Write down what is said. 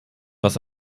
was